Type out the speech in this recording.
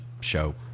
show